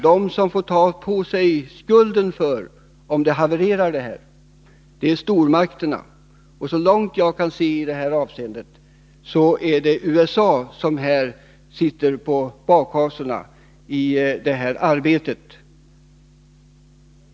De som får ta på sig skulden, om konferensen havererar, är stormakterna. Såvitt jag kan se är det USA som sitter på bakhasorna när det gäller detta arbete.